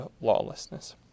lawlessness